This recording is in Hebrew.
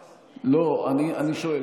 לא, אני שואל.